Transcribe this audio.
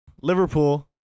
liverpool